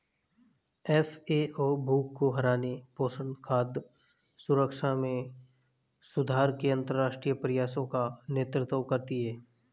FAO भूख को हराने, पोषण, खाद्य सुरक्षा में सुधार के अंतरराष्ट्रीय प्रयासों का नेतृत्व करती है